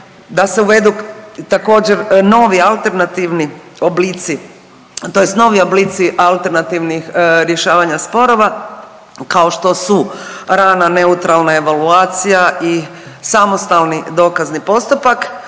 da se uvedu također novi alternativni oblici tj. novi oblici alternativnih rješavanja sporova kao što su rana neutralna evaluacija i samostalni dokazni postupak,